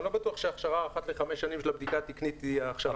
אני לא בטוח שהכשרה אחת לחמש שנים של הבדיקה התקנית היא הכשרה.